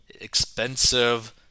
expensive